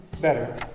better